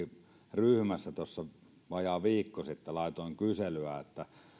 ryhmässäni tuossa vajaa viikko sitten laitoin kyselyä